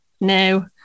No